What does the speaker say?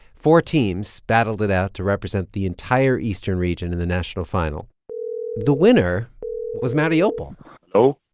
four teams battled it out to represent the entire eastern region in the national final the winner was mariupol oh,